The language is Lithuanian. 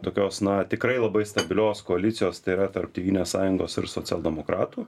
tokios na tikrai labai stabilios koalicijos tai yra tarp tėvynės sąjungos ir socialdemokratų